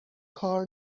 کار